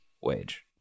Wage